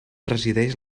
resideix